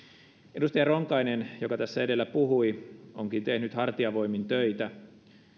edustaja ronkainen joka tässä edellä puhui onkin tehnyt hartiavoimin töitä